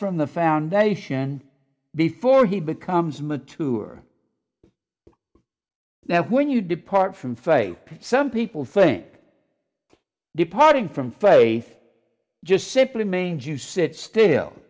from the foundation before he becomes mature now when you depart from faith some people think departing from faith just simply mange you sit still